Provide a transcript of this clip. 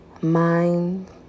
mind